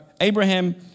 Abraham